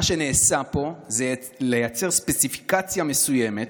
מה שנעשה פה זה לייצר ספציפיקציה מסוימת